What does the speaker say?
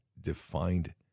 defined